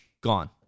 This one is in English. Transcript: gone